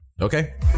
Okay